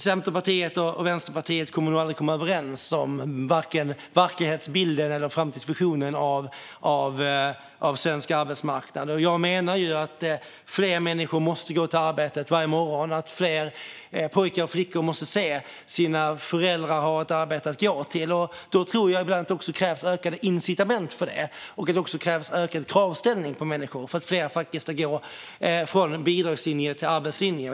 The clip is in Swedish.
Centerpartiet och Vänsterpartiet kommer nog aldrig att komma överens om verklighetsbilden eller framtidsvisionen av svensk arbetsmarknad. Jag menar att fler människor måste gå till arbetet varje morgon, att fler pojkar och flickor måste se sina föräldrar ha ett arbete att gå till. Det krävs ökade incitament för det, och det måste ställas ökade krav på människor för att få fler att gå från bidragslinje till arbetslinje.